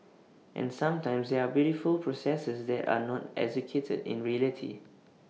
and sometimes there are beautiful processes that are not executed in reality